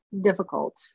difficult